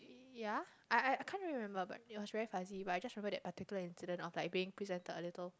ya I I can't remember but it was very fuzzy but I just remember that particular incident of like being presented a little